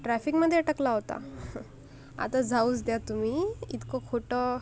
ट्राफिकमध्ये अटकला होता आता जाऊच द्या तुम्ही इतकं खोटं